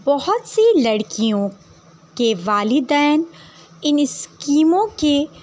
بہت سی لڑکیوں کے والدین ان اسکیموں کے